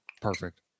Perfect